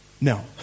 No